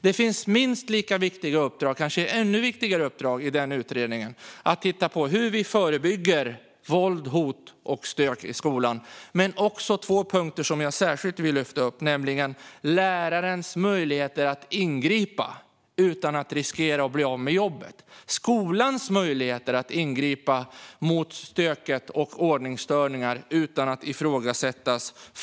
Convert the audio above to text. Det finns minst lika viktiga uppdrag, kanske ännu viktigare, för utredningen att titta på, nämligen hur vi förebygger våld, hot och stök i skolan. Det finns också två punkter som jag särskilt vill lyfta fram, nämligen lärarens möjligheter att ingripa utan att riskera att bli av med jobbet. För att kunna upprätthålla ordningen måste skolan få möjligheter att ingripa mot stök och ordningsstörningar utan att ifrågasättas.